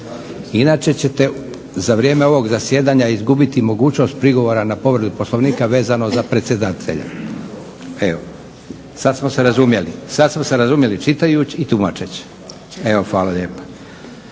inače ćete za vrijeme ovog zasjedanja izgubiti mogućnost prigovora na povredu Poslovnika vezano za predsjedatelja. Evo sada smo se razumjeli čitajući i tumačeći. Hvala lijepa.